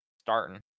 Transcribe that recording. Starting